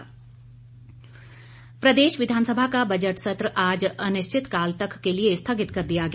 विधानसभा स्थगित प्रदेश विधानसभा का बजट सत्र आज अनिश्चितकाल तक के लिए स्थगित कर दिया गया